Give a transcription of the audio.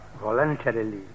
voluntarily